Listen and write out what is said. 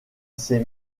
ces